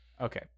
okay